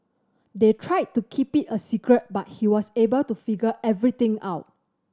they tried to keep it a secret but he was able to figure everything out